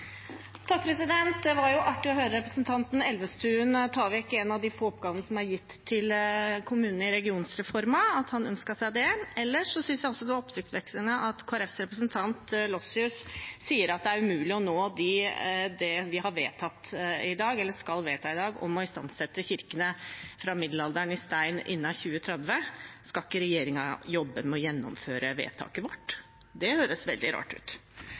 Det var jo artig å høre representanten Elvestuen ta vekk en av de få oppgavene som er gitt til kommunene i regionreformen – at han ønsket seg det. Ellers synes jeg også det var oppsiktsvekkende at Kristelig Folkepartis representant Lossius sier at det er umulig å nå det vi skal vedta i dag om å istandsette steinkirkene fra middelalderen innen 2030. Skal ikke regjeringen jobbe med å gjennomføre vedtaket vårt? Det høres veldig rart ut.